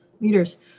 leaders